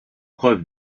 preuve